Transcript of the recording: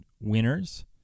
winners